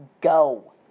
go